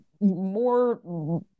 more